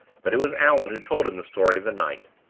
but it was allan who told him the story of the night,